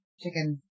chicken